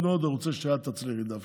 אני מאוד מאוד רוצה שאת תצליחי דווקא.